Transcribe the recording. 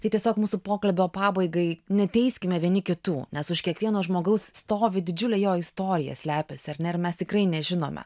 tai tiesiog mūsų pokalbio pabaigai neteiskime vieni kitų nes už kiekvieno žmogaus stovi didžiulė jo istorija slepiasi ar ne ir mes tikrai nežinome